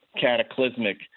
cataclysmic